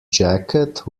jacket